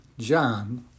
John